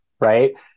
right